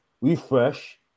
refresh